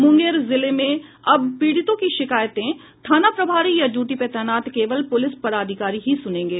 मूंगेर जिले में अब पीड़ितों की शिकायतें थाना प्रभारी या ड्यूटी पर तैनात केवल पुलिस पदाधिकारी ही सुनेंगे